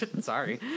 sorry